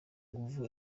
nguvu